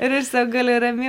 ir aš sau galiu ramiai